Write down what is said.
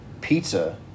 pizza